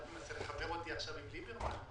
אתה מחבר אותי עכשיו עם ליברמן?